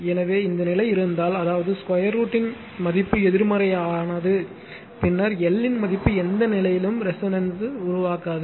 எனவே இந்த நிலை இருந்தால் அதாவது √ 2 இன் மதிப்பு எதிர்மறையானது பின்னர் எல் இன் மதிப்பு எந்த நிலையிலும் ரெசோனன்ஸ் உருவாக்காது